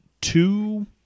two